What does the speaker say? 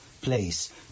place